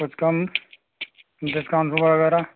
कुछ कम डिस्काउंट वगैराह